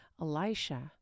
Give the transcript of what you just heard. Elisha